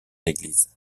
églises